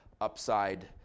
upside